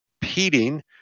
competing